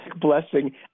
blessing